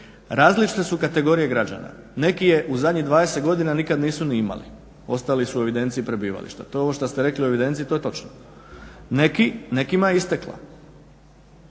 Različite su kategorije građana, neki je u zadnjih 20 godina nikad nisu ni imali, ostali su u evidenciji prebivališta. To je ovo što ste rekli o evidenciji, to je točno. Nekima je istekla,